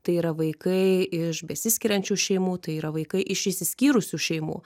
tai yra vaikai iš besiskiriančių šeimų tai yra vaikai iš išsiskyrusių šeimų